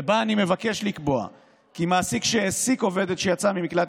ובה אני מבקש לקבוע כי מעסיק שהעסיק עובדת שיצאה ממקלט